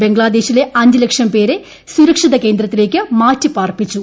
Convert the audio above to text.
ബംഗ്ലാദേശിലെ അഞ്ച് ലക്ഷം പേരെ സുരക്ഷിത കേന്ദ്രത്തിലേക്ക് മാറ്റി പാർപ്പിച്ചു